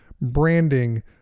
branding